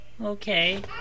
Okay